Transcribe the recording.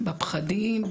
בפחדים,